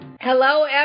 Hello